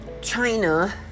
China